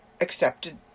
accepted